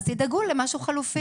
אז תדאגו למשהו חלופי.